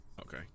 Okay